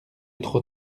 trop